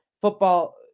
football